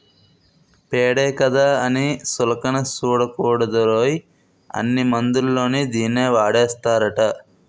పేడే కదా అని సులకన సూడకూడదురోయ్, అన్ని మందుల్లోని దీన్నీ వాడేస్తారట